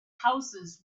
houses